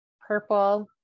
Purple